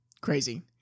Crazy